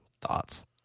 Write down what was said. thoughts